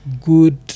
good